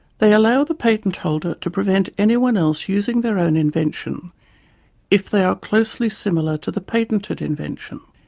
they allow the patent-holder to prevent anyone else using their own invention if they are closely similar to the patented invention.